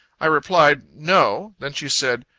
i replied, no. then she said,